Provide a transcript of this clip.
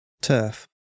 Turf